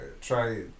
try